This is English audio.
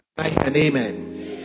Amen